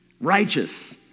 Righteous